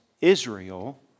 Israel